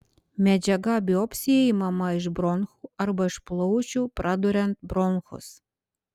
medžiaga biopsijai imama iš bronchų arba iš plaučių praduriant bronchus